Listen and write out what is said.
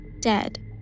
dead